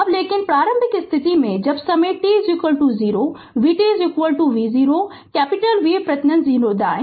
अब लेकिन प्रारंभिक स्थिति से जब समय t0 vt v0 capital V प्रत्यय 0 दाएँ